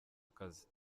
akazi